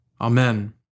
Amen